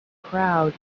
crowd